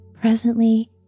Presently